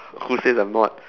who says I'm not